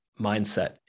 mindset